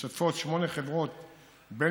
שמשתתפות בו שמונה חברות בין-לאומיות,